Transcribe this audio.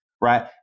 right